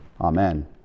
Amen